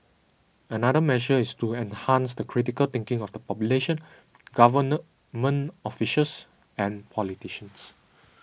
another measure is to enhance the critical thinking of the population government officials and politicians